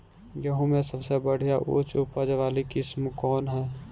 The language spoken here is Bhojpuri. गेहूं में सबसे बढ़िया उच्च उपज वाली किस्म कौन ह?